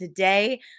Today